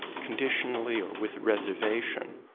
conditionally or with reservation,